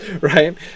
right